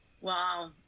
Wow